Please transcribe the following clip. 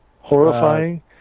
Horrifying